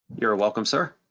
you're welcome, sir.